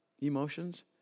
emotions